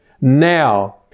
now